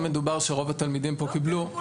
אם מדובר שרוב התלמידים פה קיבלו --- לא.